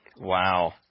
Wow